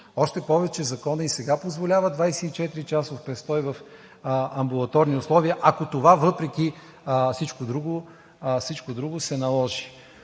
Още повече законът и сега позволява 24-часов престой в амбулаторни условия, ако това, въпреки всичко друго, се наложи.